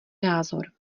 názor